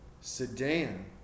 sedan